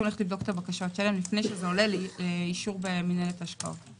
לבדוק את הבקשות האלה לפני שזה עולה לדיון במינהלת השקעות.